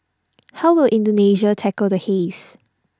how will Indonesia tackle the haze